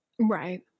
right